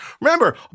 remember